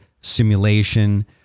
simulation